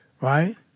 right